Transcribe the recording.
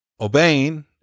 obeying